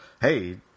Hey